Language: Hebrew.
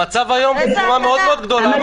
המצב היום בצורה מאוד מאוד גדולה,